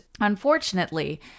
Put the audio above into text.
unfortunately